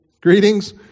greetings